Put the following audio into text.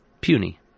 Puny